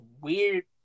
weird